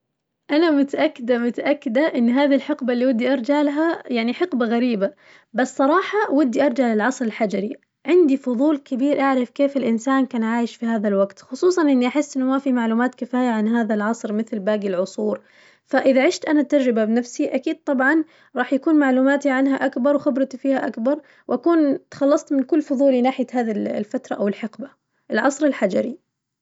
أنا متأكدة متأكدة إن هذي الحقبة اللي ودي أرجعلها يعني حقبة غريبة، بس صراحة ودي أرجع للعصر الحجري عندي فظول كبير أعرف كيف الإنسان كان عايش في هذا الوقت، خصوصاً إني أحس إنه ما في معلومات كفاية عن هذا العصر مثل باقي العصور، فإذا عشت أنا التجربة بنفسي أكيد طبعاً راح يكون معلوماتي عنها أكبر وخبرتي فيها أكبر، وأكون تخلصت من كل فظولي ناحية هذي ال- الفترة أو الحقبة، العصر الحجري.